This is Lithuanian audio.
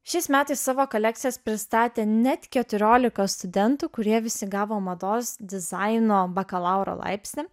šiais metais savo kolekcijas pristatė net keturioliką studentų kurie visi gavo mados dizaino bakalauro laipsnį